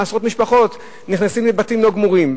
עשרות משפחות שנכנסות לבתים לא גמורים.